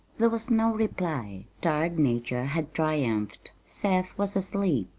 there was no reply. tired nature had triumphed seth was asleep.